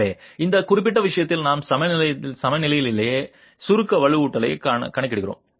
எனவே இந்த குறிப்பிட்ட விஷயத்தில் நாம் சமநிலையிலேயே சுருக்க வலுவூட்டலைக் கணக்கிடுகிறோம்